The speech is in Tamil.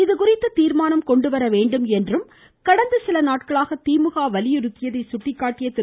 இதுகுறித்து தீர்மானம் கொண்டுவரவேண்டும் என்றும் கடந்த சில நாட்களாக திமுக வலியுறுத்தியதை சுட்டிக்காட்டிய திரு